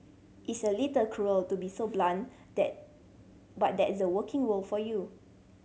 it's a little cruel to be so blunt that but that's the working world for you